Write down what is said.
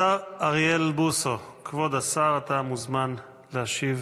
השר אריאל בוסו, כבוד השר, אתה מוזמן להשיב